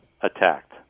attacked